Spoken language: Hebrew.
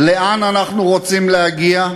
לאן אנחנו רוצים להגיע,